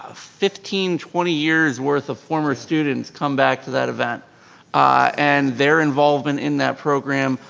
ah fifteen, twenty years worth of former students come back to that event and their involvement in that program,